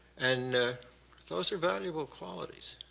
and those are valuable qualities.